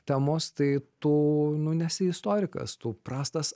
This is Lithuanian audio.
temos tai tu nu nesi istorikas tu prastas